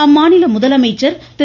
அம்மாநில முதலமைச்சர் திரு